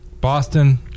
Boston